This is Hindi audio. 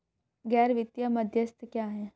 गैर वित्तीय मध्यस्थ क्या हैं?